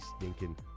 stinking